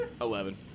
Eleven